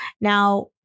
now